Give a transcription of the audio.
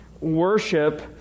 worship